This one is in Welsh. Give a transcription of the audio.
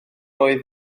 oedd